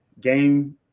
game